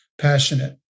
passionate